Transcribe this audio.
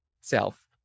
self